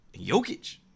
Jokic